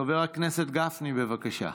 חבר הכנסת גפני, בבקשה.